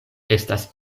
estas